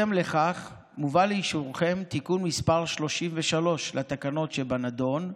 לפיכך מובא לאישורכם תיקון מס' 33 לתקנות שבנדון.